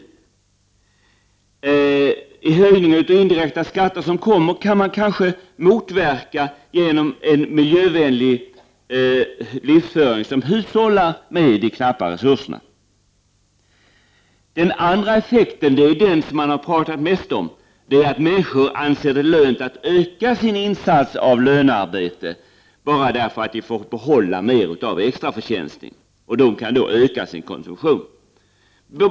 Den kommande höjningen av indirekta skatter kan man kanske motverka genom en miljövänlig livsföring som innebär att man hushållar med de knappa resurserna. Den andra effekten är den som man har pratat mest om — att människor anser det lönt att öka sin insats av lönearbete bara därför att de får behålla mer av extraförtjänsten. De kan då öka sin konsumtion.